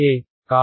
a